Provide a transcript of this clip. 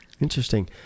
Interesting